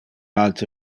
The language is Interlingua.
alte